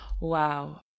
Wow